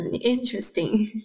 interesting